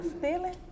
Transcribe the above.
Stealing